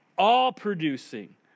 all-producing